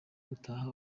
gutaha